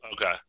Okay